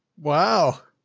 wow.